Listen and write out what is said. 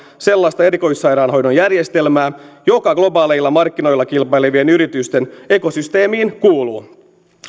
sellaista erikoissairaanhoidon järjestelmää joka globaaleilla markkinoilla kilpailevien yritysten ekosysteemiin kuuluu